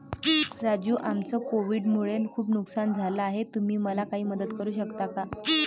राजू आमचं कोविड मुळे खूप नुकसान झालं आहे तुम्ही मला काही मदत करू शकता का?